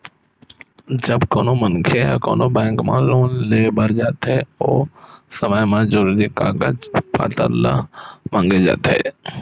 जब कोनो मनखे ह कोनो बेंक म लोन लेय बर जाथे ओ समे म जरुरी कागज पत्तर ल मांगे जाथे